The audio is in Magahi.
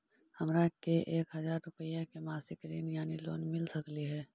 हमरा के एक हजार रुपया के मासिक ऋण यानी लोन मिल सकली हे?